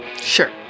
Sure